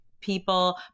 People